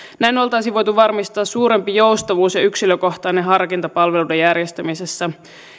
näin oltaisiin voitu varmistaa suurempi joustavuus ja yksilökohtainen harkinta palveluiden järjestämisessä